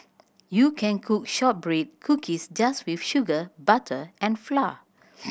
you can cook shortbread cookies just with sugar butter and flour